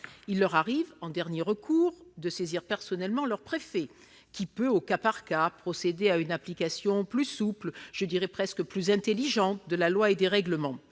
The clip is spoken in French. Il leur arrive en dernier recours de saisir personnellement le préfet, qui peut procéder au cas par cas à une application plus souple, voire plus intelligente de la loi et des règlements